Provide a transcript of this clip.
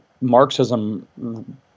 Marxism